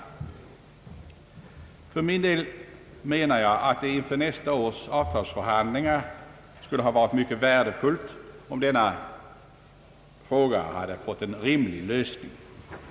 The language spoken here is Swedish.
Enligt min mening skulle det inför nästa års avtalsförhandlingar ha varit mycket värdefullt om denna fråga fått en rimlig lösning.